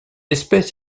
espèce